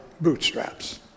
bootstraps